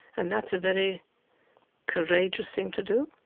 and that's a very courageous thing to do.